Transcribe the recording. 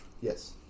Yes